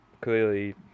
clearly